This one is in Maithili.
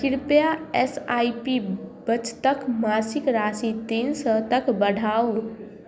कृपया एस आइ पी बचतक मासिक राशि तीन सए तक बढ़ाउ